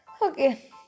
Okay